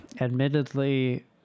admittedly